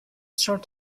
sort